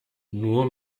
nur